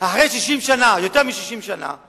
אחרי יותר מ-60 שנה,